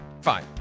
Fine